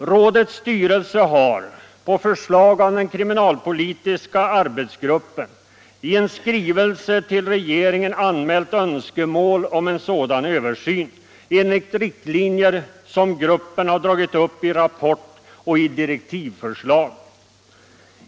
Rådets styrelse har — på förslag av den kriminalpolitiska arbetsgruppen —- i en skrivelse till regeringen anmält önskemål om en sådan översyn, enligt riktlinjer som gruppen dragit upp i sin rapport och direktivförslag.